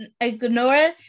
ignore